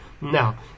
Now